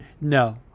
no